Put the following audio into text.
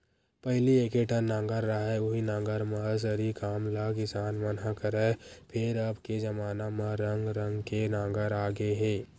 पहिली एके ठन नांगर रहय उहीं नांगर म सरी काम ल किसान मन ह करय, फेर अब के जबाना म रंग रंग के नांगर आ गे हे